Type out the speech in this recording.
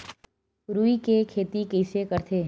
रुई के खेती कइसे करथे?